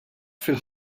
fil